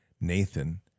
Nathan